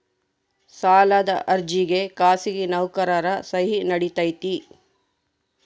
ಸಾಲದ ಅರ್ಜಿಗೆ ಖಾಸಗಿ ನೌಕರರ ಸಹಿ ನಡಿತೈತಿ?